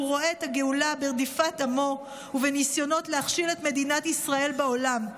רואה את הגאולה ברדיפת עמו ובניסיונות להכשיל את מדינת ישראל בעולם.